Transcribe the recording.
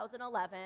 2011